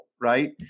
right